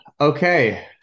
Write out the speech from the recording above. Okay